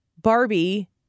Barbie